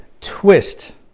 twist